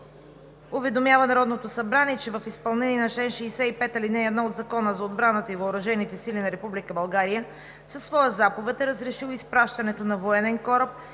уведомява Народното събрание, че в изпълнение на чл. 65, ал. 1 от Закона за отбраната и въоръжените сили на Република България със своя заповед е разрешил изпращането на военен кораб